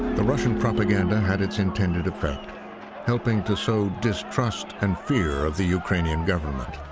the russian propaganda had its intended effect helping to sow distrust and fear of the ukrainian government.